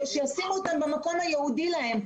שישימו אותם במקום הייעודי להם.